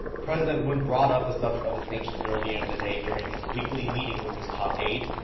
president moon brought up the subject of the sanctions earlier in the day during his weekly meeting with his top aides,